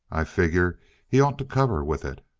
i figure he'd ought to cover with it.